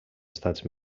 estats